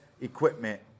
equipment